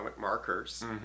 markers